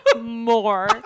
more